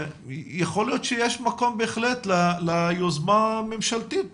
יכול להיות שיש מקום בהחלט ליוזמה ממשלתית